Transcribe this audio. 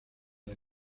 the